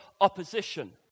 opposition